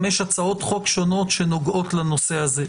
חמש הצעות חוק שונות שנוגעות לנושא הזה.